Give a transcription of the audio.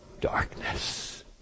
darkness